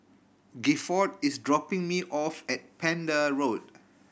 Gifford is dropping me off at Pender Road